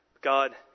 God